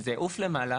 כשזה יעוף למעלה,